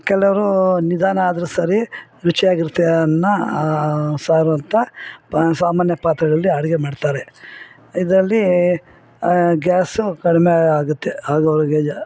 ಕೆಲವರು ನಿಧಾನ ಆದರು ಸರಿ ರುಚಿಯಾಗಿರ್ತದೆ ಅನ್ನ ಸಾರು ಅಂತ ಪಾ ಸಾಮಾನ್ಯ ಪಾತ್ರೆಗಳಲ್ಲಿ ಅಡಿಗೆ ಮಾಡ್ತಾರೆ ಇದರಲ್ಲಿ ಗ್ಯಾಸು ಕಡಿಮೆಯಾಗತ್ತೆ ಹಾಗು